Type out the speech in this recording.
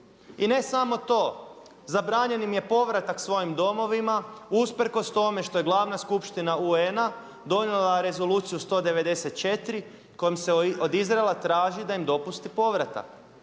I ne samo to, zabranjen im je povratak svojim domovima usprkos tome što je Glavna skupština UN-a donijela Rezoluciju 194. kojom se od Izraela traži da im dopusti povratak.